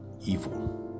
evil